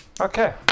Okay